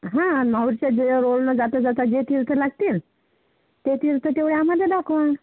हा माहूरच्या जे रोडनं जाता जाता जे तीर्थ लागतील ते तीर्थ तेवढे आम्हाला दाखवा